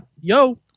Yo